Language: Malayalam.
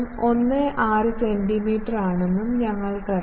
016 സെന്റിമീറ്ററാണെന്നും ഞങ്ങൾക്കറിയാം